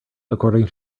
according